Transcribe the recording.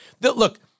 Look